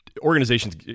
organizations